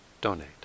donate